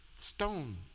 Stone